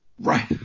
right